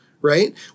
right